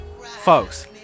folks